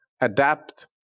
adapt